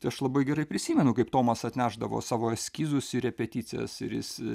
tai aš labai gerai prisimenu kaip tomas atnešdavo savo eskizus į repeticijas ir jis